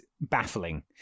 baffling